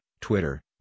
Twitter